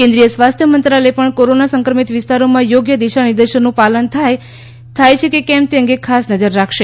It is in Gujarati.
કેન્દ્રીય સ્વાસ્થ્ય મંત્રાલય પણ કોરોના સંક્રમિત વિસ્તારોમાં યોગ્ય દિશાનિર્દેશોનું પાલન થાય છે કે કેમ તે અંગે ખાસ નજર રાખશે